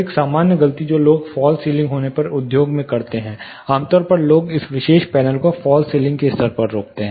एक सामान्य गलती जो लोग फॉल्स सीलिंग होने पर उद्योग में करते हैं आमतौर पर लोग इस विशेष पैनल को फॉल्स सीलिंग के स्तर पर रोकते हैं